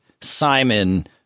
Simon –